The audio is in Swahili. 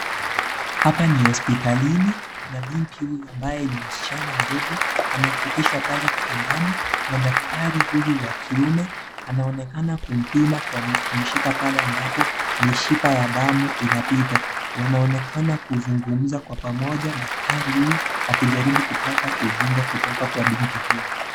Hapa ni hospitalini na binti huyo mdogo ameketishwa pale kitandani na daktari huyu anaonekana kumpinga kwa kushika pale ambapo mishipa ya damu inapita wanaonekana kuzungumza kwa pamoja daktari huyu kupata ujumbe kutoka kwa binti huyu.